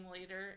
later